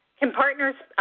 can partners,